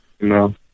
No